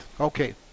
Okay